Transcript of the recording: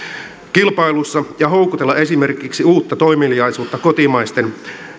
kilpailussa ja houkutella esimerkiksi uutta toimeliaisuutta kotimaisten